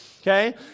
Okay